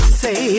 say